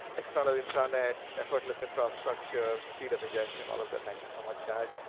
extranet, intranet, effortless infrastructure, speed of ingestion, all of that, thank you so much, chad.